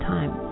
Time